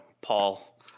paul